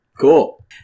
Cool